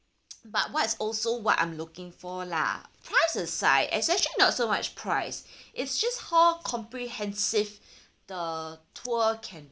but what's also what I'm looking for lah price aside it's actually not so much price it's just how comprehensive the tour can